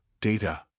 data